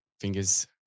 fingers